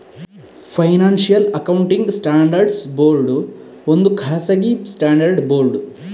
financial accounting standards board ಒಂದು ಖಾಸಗಿ standard board